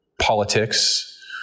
politics